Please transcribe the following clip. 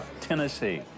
Tennessee